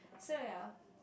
so ya